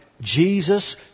Jesus